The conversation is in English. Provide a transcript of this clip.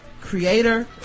creator